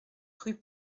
rue